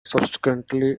subsequently